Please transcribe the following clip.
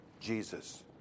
Jesus